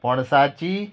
पणसाची